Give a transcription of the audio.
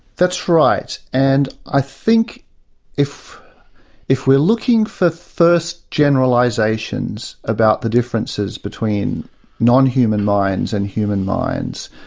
that's right. and i think if if we're looking for first generalisations about the differences between non-human minds and human minds,